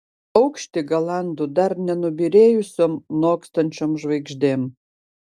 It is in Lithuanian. aukštį galandu dar nenubyrėjusiom nokstančiom žvaigždėm